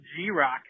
G-Rock